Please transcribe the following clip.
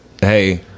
hey